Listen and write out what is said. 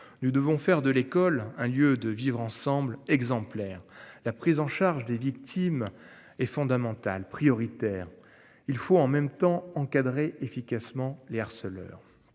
Nous devons faire de l'école un lieu de vivre ensemble exemplaire la prise en charge des victimes est fondamental prioritaire, il faut en même temps encadrer efficacement les harceleurs.